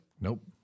Nope